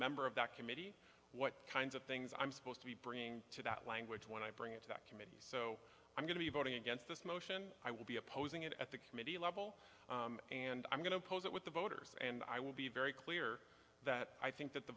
member of that committee what kinds of things i'm supposed to be bringing to that language when i bring it to that committee so i'm going to be voting against this motion i will be opposing it at the committee level and i'm going to oppose it with the voters and i will be very clear that i think that the